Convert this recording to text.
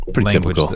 language